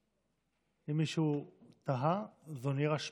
אם מישהו תהה, זו נירה שפָּק.